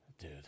dude